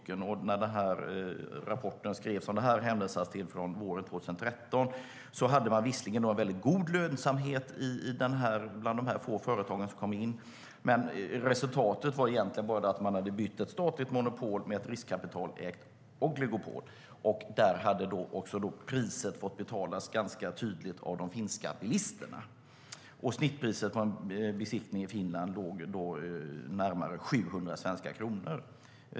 Det finns en rapport som hänvisar till händelser från 2013, och då hade man visserligen väldigt god lönsamhet bland de få företag som kom in på marknaden. Men resultatet var egentligen bara att man hade bytt ett statligt monopol mot ett av riskkapital ägt oligopol. Där hade priset fått betalas av de finska bilisterna. Genomsnittet för en besiktning i Finland ligger på närmare 700 svenska kronor.